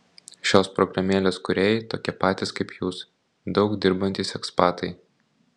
šios programėlės kūrėjai tokie patys kaip jūs daug dirbantys ekspatai